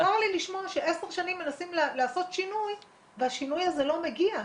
לכן צר לי לשמוע שעשר שנים מנסים לעשות שינוי והשינוי הזה לא מגיע.